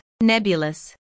nebulous